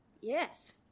Yes